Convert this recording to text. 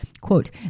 quote